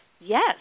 yes